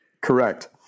Correct